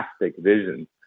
vision